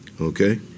Okay